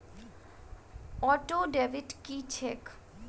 Auto debit की छैक?